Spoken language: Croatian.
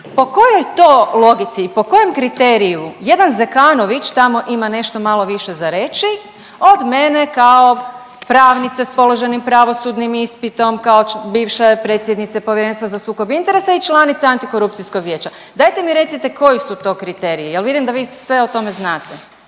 po kojoj to logici i po kojem kriteriju jedan Zekanović tamo ima nešto malo više za reći od mene kao pravnice s položenim pravosudnim ispitom, kao bivše predsjednice Povjerenstva za sukob interesa i članice antikorupcijskog vijeća. Dajte mi recite koji su to kriteriji jel vidim da vi sve o tome znate,